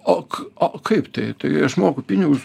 o k o kaip tai tai aš moku pinigus